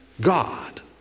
God